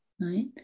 right